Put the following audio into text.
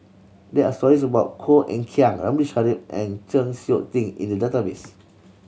there are stories about Koh Eng Kian Ramli Sarip and Chng Seok Tin in the database